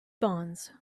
bonds